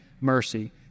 mercy